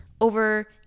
over